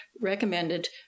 recommended